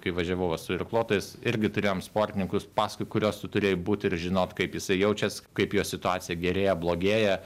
kai važiavau va su irkluotojais irgi turėjom sportininkus paskui kuriuos tu turėjai būt ir žinot kaip jisai jaučias kaip jo situacija gerėja blogėja